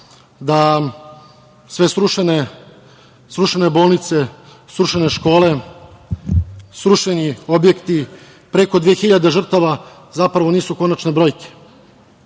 da sve srušene bolnice, srušene škole, srušeni objekti, preko dve hiljade žrtava, zapravo nisu konačne brojke.